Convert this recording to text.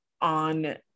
on